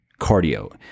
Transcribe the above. cardio